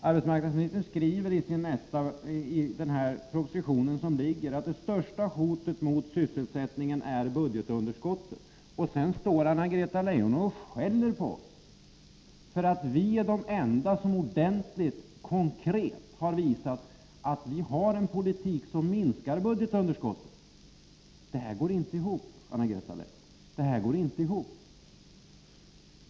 Arbetsmarknadsministern skriver i den föreliggande propositionen att det största hotet mot sysselsättningen är budgetunderskottet, och sedan står Anna-Greta Leijon här och skäller på oss för att vi är de enda som ordentligt och konkret har visat att vi har en politik som minskar budgetunderskottet. Det här går inte ihop, Anna-Greta Leijon.